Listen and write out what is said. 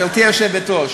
ויהיה 5